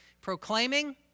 Proclaiming